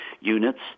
units